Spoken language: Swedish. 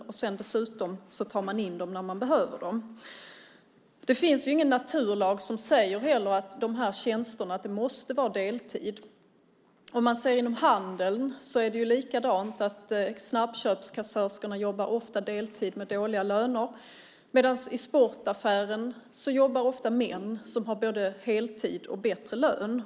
Dessutom tar man in dessa personer när man behöver dem. Det finns inte heller någon naturlag som säger att tjänsterna måste vara deltid. Inom handeln är det likadant. Ofta jobbar snabbköpskassörskor deltid och har dåliga löner. I sportaffären däremot jobbar ofta män som har både heltid och bättre lön.